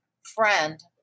friend